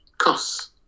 Costs